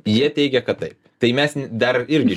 jie teigia kad taip tai mes dar irgi